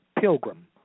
pilgrim